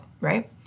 right